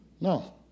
No